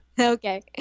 Okay